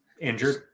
Injured